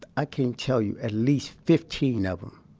i can't tell you, at least fifteen of them